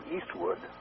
Eastwood